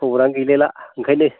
खबरानो गैलायला ओंखायनो